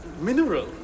Mineral